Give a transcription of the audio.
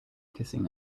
kissing